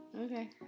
Okay